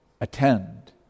attend